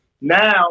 Now